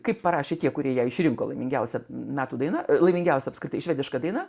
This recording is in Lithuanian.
kaip parašė tie kurie išrinko laimingiausią metų dainą laimingiausia apskritai švediška daina